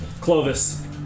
Clovis